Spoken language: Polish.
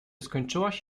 skończyłaś